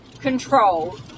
control